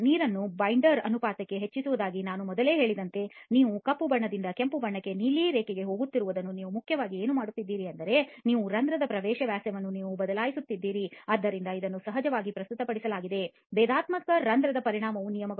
ನೀರನ್ನು ಬೈಂಡರ್ ಅನುಪಾತಕ್ಕೆ ಹೆಚ್ಚಿಸಿದಾಗ ನಾನು ಮೊದಲೇ ಹೇಳಿದಂತೆ ನೀವು ಕಪ್ಪು ಬಣ್ಣದಿಂದ ಕೆಂಪು ಬಣ್ಣಕ್ಕೆ ನೀಲಿ ರೇಖೆಗೆ ಹೋಗುತ್ತಿರುವಾಗ ನೀವು ಮುಖ್ಯವಾಗಿ ಏನು ಮಾಡುತ್ತಿದ್ದೀರಿ ಎಂದರೆ ನಿಮ್ಮ ರಂಧ್ರದ ಪ್ರವೇಶ ವ್ಯಾಸವನ್ನು ನೀವು ಬದಲಾಯಿಸುತ್ತಿದ್ದೀರಿ ಆದ್ದರಿಂದ ಇದನ್ನು ಸಹಜವಾಗಿ ಪ್ರಸ್ತುತಪಡಿಸಲಾಗಿದೆ ಭೇದಾತ್ಮಕ ರಂಧ್ರದ ಪರಿಮಾಣದ ನಿಯಮಗಳು